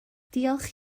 diolch